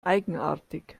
eigenartig